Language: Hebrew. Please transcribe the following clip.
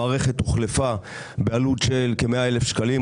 המערכת הוחלפה בעלות של כ-100,000 שקלים,